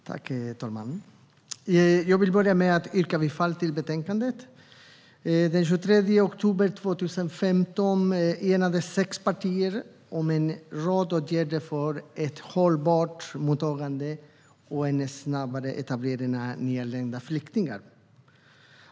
Herr talman! Jag vill börja med att yrka bifall till förslaget i betänkandet. Den 23 oktober 2015 enades sex partier om en rad åtgärder för ett hållbart mottagande och snabbare etablering av nyanlända flyktingar.